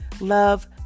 love